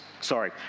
Sorry